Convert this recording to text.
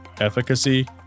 Efficacy